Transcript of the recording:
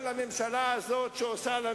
רוב עוד יותר גדול מאשר יש לראש ממשלת ישראל כאן בבית,